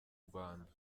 rwanda